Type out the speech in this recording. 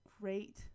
great